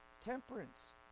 Temperance